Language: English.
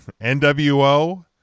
NWO